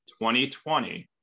2020